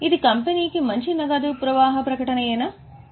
ఇది కంపెనీకి మంచి నగదు ప్రవాహ ప్రకటననా